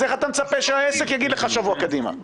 אז איך אתה מצפה שהעסק יגיד לך שבוע קדימה?